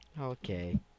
Okay